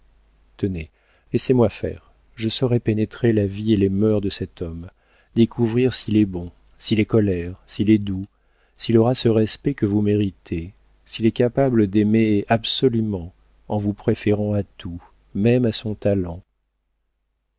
tenez laissez-moi faire je saurai pénétrer la vie et les mœurs de cet homme découvrir s'il est bon s'il est colère s'il est doux s'il aura ce respect que vous méritez s'il est capable d'aimer absolument en vous préférant à tout même à son talent